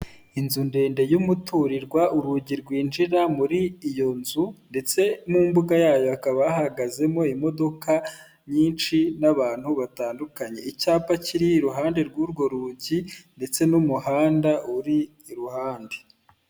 Inzu ndende y'umuturirwa urugi rwinjira muri iyo nzu ndetse n'imbuga yayo hakaba ahahagazemo imodoka nyinshi n'abantu batandukany,e icyapa kiri iruhande rw'urwo rugi ndetse n'umuhanda uri iruhande.